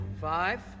five